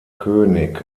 könig